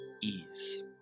ease